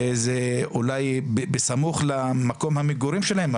וזה אולי בסמוך למקום המגורים שלהם,